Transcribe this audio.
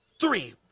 three